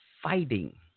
Fighting